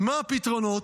מה הפתרונות?